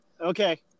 Okay